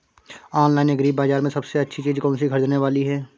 Online agri बाजार में सबसे अच्छी चीज कौन सी ख़रीदने वाली है?